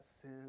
sin